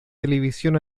televisión